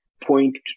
point